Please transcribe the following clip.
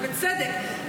ובצדק.